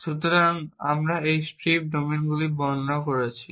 সুতরাং আমরা এখন স্ট্রিপ ডোমেনগুলি বর্ণনা করছি